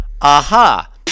Aha